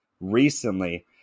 recently